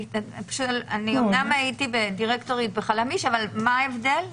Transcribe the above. אני אמנם הייתי דירקטורית בחלמיש אבל מה ההבדל?